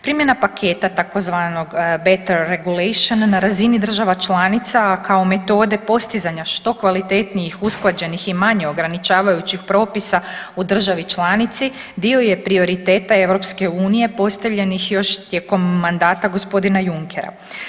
Primjena paketa tzv. beter regulation na razini država članica kao metode postizanja što kvalitetnijih usklađenih i manje ograničavajućih propisa u državi članici dio je prioriteta EU postavljenih još tijekom mandata gospodina Junckera.